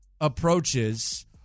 approaches –